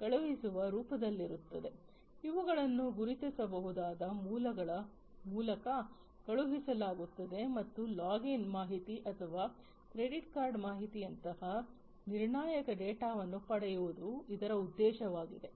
ಕಳುಹಿಸುವ ರೂಪದಲ್ಲಿರುತ್ತದೆ ಇವುಗಳನ್ನು ಗುರುತಿಸಬಹುದಾದ ಮೂಲಗಳ ಮೂಲಕ ಕಳುಹಿಸಲಾಗಿರುತ್ತದೆ ಮತ್ತು ಲಾಗಿನ್ ಮಾಹಿತಿ ಅಥವಾ ಕ್ರೆಡಿಟ್ ಕಾರ್ಡ್ ಮಾಹಿತಿಯಂತಹ ನಿರ್ಣಾಯಕ ಡೇಟಾವನ್ನು ಪಡೆಯುವುದು ಇದರ ಉದ್ದೇಶವಾಗಿದೆ